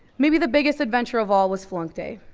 maybe the biggest adventure of all was flunk day,